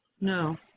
no